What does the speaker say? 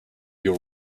your